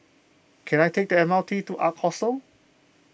can I take the M R T to Ark Hostel